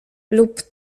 lub